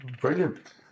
Brilliant